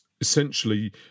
essentially